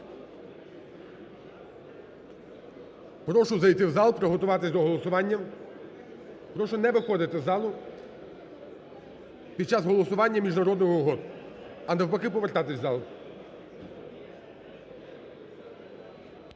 Прошу зайти в зал, приготуватись до голосування. Прошу не виходити з залу під час голосування міжнародних угод, а навпаки повертатись в зал.